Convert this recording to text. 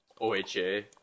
OHA